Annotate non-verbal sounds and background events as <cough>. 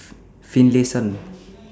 <noise> Finlayson